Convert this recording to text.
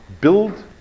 build